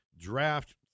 draft